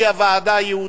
שהיא הוועדה הייעודית,